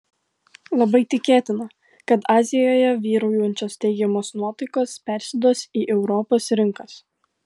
labai tikėtina kad azijoje vyraujančios teigiamos nuotaikos persiduos į į europos rinkas